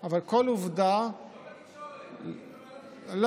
אבל כל עובדה, לא.